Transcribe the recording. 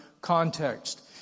context